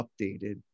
updated